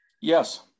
yes